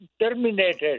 terminated